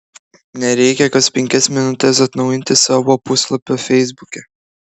nereikia kas penkias minutes atnaujinti savo puslapio feisbuke